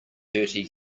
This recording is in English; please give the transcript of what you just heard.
thirty